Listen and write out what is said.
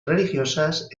religiosas